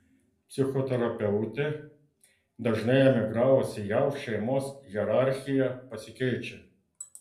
psichoterapeutė dažnai emigravus į jav šeimos hierarchija pasikeičia